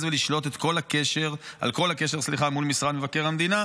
ולשלוט על כל הקשר מול משרד מבקר המדינה.